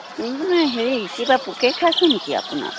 মানে হেৰি কিবা পোকে খাইছে নেকি আপোনাৰ